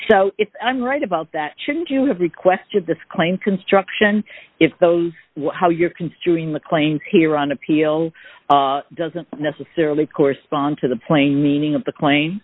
so if i'm right about that shouldn't you have requested this claim construction if those how you're construing the claims here on appeal doesn't necessarily correspond to the plain meaning of the cla